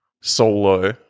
solo